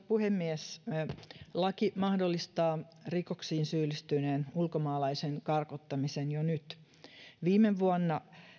puhemies laki mahdollistaa rikoksiin syyllistyneen ulkomaalaisen karkottamisen jo nyt viime vuonna